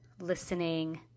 listening